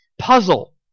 puzzle